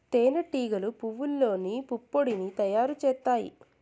తేనె టీగలు పువ్వల్లోని పుప్పొడిని తయారు చేత్తాయి